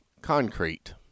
concrete